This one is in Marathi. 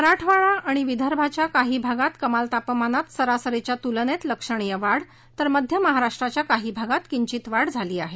मराठवाडा आणि विदर्भाच्या काही भागात कमाल तापमानात सरसरीच्या तुलनेत लक्षणीय वाढ तर मध्य महाराष्ट्राच्या काही भागात किंचित वाढ झाली आहे